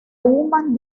human